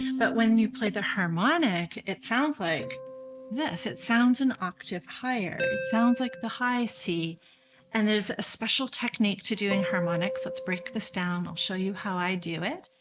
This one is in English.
and but when you play the harmonic it sounds like this. it sounds an octave higher. it sounds like the high c and there's a special technique to doing harmonics. let's break this down, i'll show you how i do it,